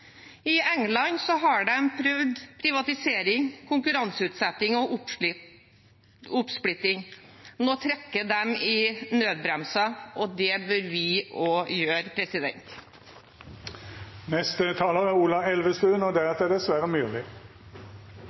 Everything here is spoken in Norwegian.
I England har de prøvd privatisering, konkurranseutsetting og oppsplitting. Nå trekker de i nødbremsen, og det bør vi også gjøre.